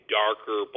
darker